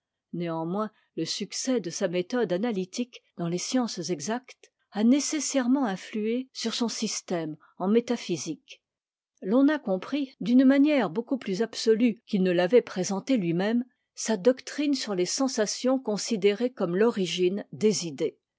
néanmoins le succès de sa méthode analytique dans les sciences exactes a nécessairement influé sur son système en métaphysique l'on a compris d'une manière beaucoup plus absolue qu'il ne l'avait présentée lui-même sa doctrine sur les sensations considérées comme l'origine des idées